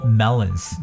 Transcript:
melons